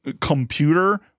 computer